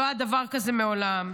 לא היה דבר כזה מעולם.